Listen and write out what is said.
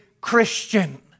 Christian